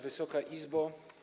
Wysoka Izbo!